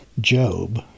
Job